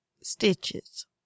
stitches